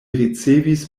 ricevis